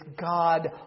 God